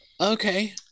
Okay